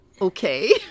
Okay